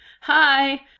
Hi